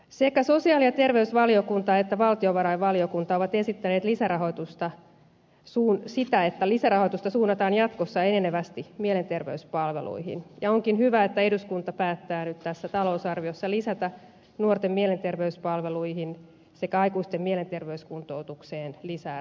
sekä sosiaali ja terveysvaliokunta että valtiovarainvaliokunta ovat esittäneet sitä että lisärahoitusta suunnataan jatkossa enenevästi mielenterveyspalveluihin ja onkin hyvä että eduskunta päättää nyt tässä talousarviossa lisätä nuorten mielenterveyspalveluihin sekä aikuisten mielenterveyskuntoutukseen lisää rahaa